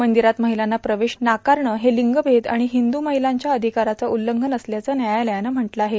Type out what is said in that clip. मंदिरात महिलांना प्रवेश नाकारणं हे लिंगभेद आणि हिंद्र महिलांच्या अधिकाराचं उल्लंघन असल्याचं व्यायालयानं म्हटलं आहे